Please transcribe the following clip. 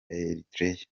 eritrea